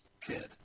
kid